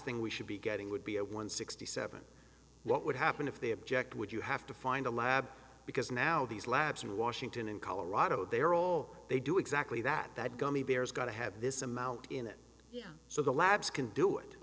thing we should be getting would be a one sixty seven what would happen if they object would you have to find a lab because now these labs in washington in colorado they are all they do exactly that that gummy bears got to have this amount in it you know so the labs can do it